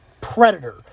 predator